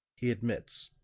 he admits,